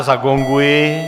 Zagonguji.